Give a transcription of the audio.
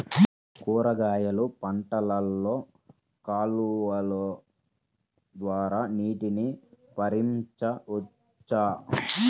కూరగాయలు పంటలలో కాలువలు ద్వారా నీటిని పరించవచ్చా?